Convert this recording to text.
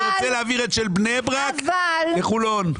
אני רוצה להעביר את של בני ברק לחולון.